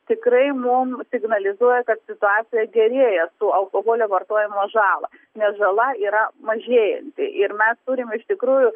tikrai mum signalizuoja kad situacija gerėja su alkoholio vartojimo žala nes žala yra mažėjanti ir mes turim iš tikrųjų